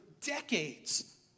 decades